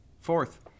Fourth